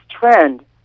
trend